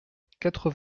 quatre